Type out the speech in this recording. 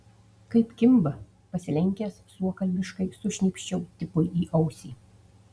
kaip kimba pasilenkęs suokalbiškai sušnypščiau tipui į ausį